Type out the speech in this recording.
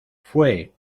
fue